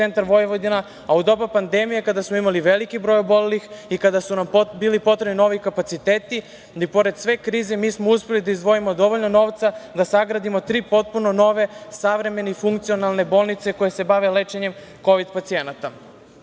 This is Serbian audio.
centar Vojvodine, a u doba pandemije kada smo imali veliki broj obolelih i kada su nam bili potrebni novi kapaciteti i pored sve krize, uspeli smo da izdvojimo dovoljno novca da sagradimo tri potpuno nove, savremene i funkcionalne bolnice koje se bave lečenjem kovid pacijenata. Kao